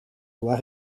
doit